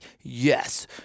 yes